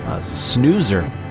Snoozer